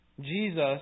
Jesus